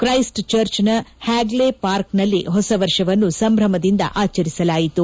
Christ church ನ Hagley Park ನಲ್ಲಿ ಹೊಸವರ್ಷವನ್ನು ಸಂಭ್ರಮದಿಂದ ಆಚರಿಸಲಾಯಿತು